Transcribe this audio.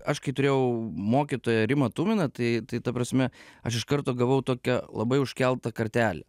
aš kai turėjau mokytoją rimą tuminą tai tai ta prasme aš iš karto gavau tokią labai užkeltą kartelę